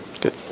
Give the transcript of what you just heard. Good